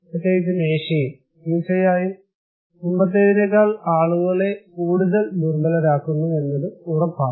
പ്രത്യേകിച്ചും ഏഷ്യയിൽ തീർച്ചയായും മുമ്പത്തേതിനേക്കാൾ ആളുകളെ കൂടുതൽ ദുർബലരാക്കുന്നു എന്നത് ഉറപ്പാണ്